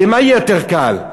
במה יהיה יותר קל?